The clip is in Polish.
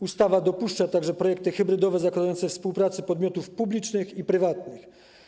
Ustawa dopuszcza także projekty hybrydowe zakładające współpracę podmiotów publicznych i prywatnych.